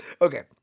Okay